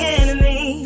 enemy